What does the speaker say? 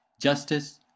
justice